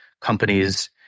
companies